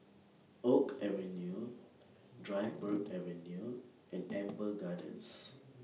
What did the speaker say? Oak Avenue Dryburgh Avenue and Amber Gardens